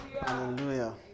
Hallelujah